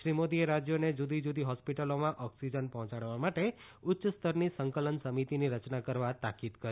શ્રી મોદીએ રાજ્યોને જુદી જુદી હોસ્પિટલોમાં ઓક્સિજન પહોંચાડવા માટે ઉચ્ચ સ્તરની સંકલન સમિતિની રચના કરવા તાકીદ કરી